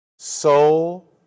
soul